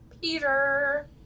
Peter